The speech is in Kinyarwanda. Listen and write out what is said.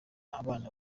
abana